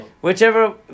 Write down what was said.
whichever